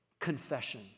confession